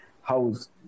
house